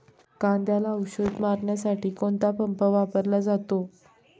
कांद्याला औषध मारण्यासाठी कोणता पंप वापरला जातो?